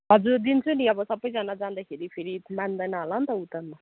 हजुर दिन्छु नि अब सबैजना जाँदाखेरि फेरि मान्दैन होला नि त उ त